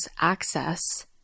access